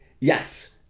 yes